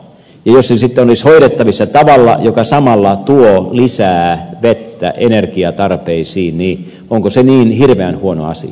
jos se sitten olisi hoidettavissa tavalla joka samalla tuo lisää vettä energiatarpeisiin onko se niin hirveän huono asia